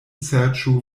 serĉu